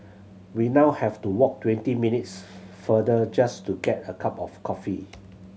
we now have to walk twenty minutes farther just to get a cup of coffee